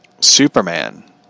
Superman